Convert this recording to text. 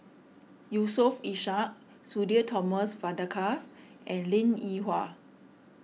Yusof Ishak Sudhir Thomas Vadaketh and Linn in Hua